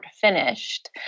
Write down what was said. finished